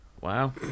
Wow